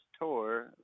tour